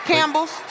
Campbell's